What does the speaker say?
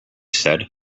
said